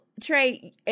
Trey